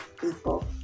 people